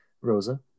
Rosa